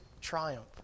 triumph